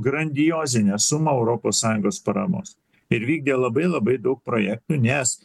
grandiozinę sumą europos sąjungos paramos ir vykdė labai labai daug projektų nes